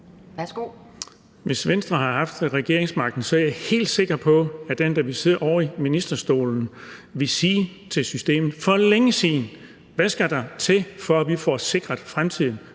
Hvis Venstre havde haft regeringsmagten, er jeg helt sikker på, at den, der ville sidde ovre i ministerstolen, for længe siden ville have sagt: Hvad skal der til, for at vi får sikret fremtiden